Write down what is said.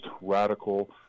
radical